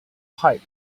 pipe